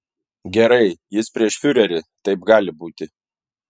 gerai jis prieš fiurerį taip gali būti